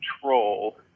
control